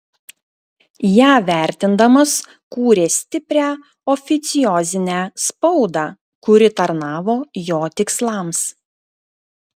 ją vertindamas kūrė stiprią oficiozinę spaudą kuri tarnavo jo tikslams